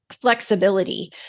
flexibility